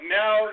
now